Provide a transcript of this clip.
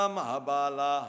Mahabala